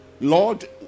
Lord